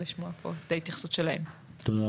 לשמוע פה את ההתייחסות של המשרד להגנת הסביבה,